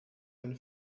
eine